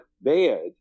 bad